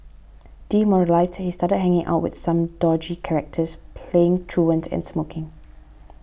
demoralised he started hanging out with some dodgy characters playing truant and smoking